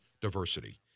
diversity